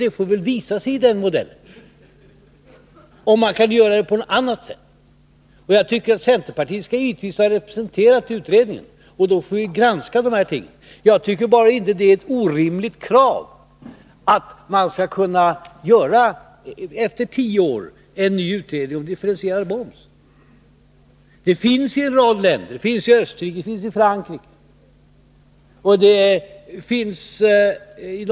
Det får väl visa sig i den modellen om man kan göra på annat sätt. Centerpartiet skall givetvis vara representerat i utredningen. Då får vi granska dessa ting. Men det är ingen orimlig tanke att man efter tio år skulle kunna göra en utredning om differentierad moms. Sådan moms förekommer i en rad länder, t.ex. Österrike och Frankrike.